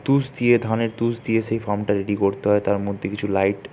তুষ দিয়ে ধানের তুষ দিয়ে সেই ফার্মটা রেডি করতে হয় তার মধ্যে কিছু লাইট